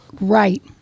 Right